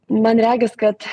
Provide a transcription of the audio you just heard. man regis kad